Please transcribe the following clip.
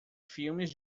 filmes